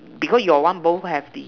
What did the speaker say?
because your one both have the